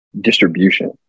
distribution